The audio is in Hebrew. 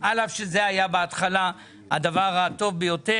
על אף שזה היה בהתחלה הדבר הטוב ביותר.